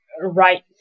right